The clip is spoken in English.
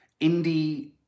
indie